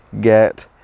get